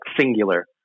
singular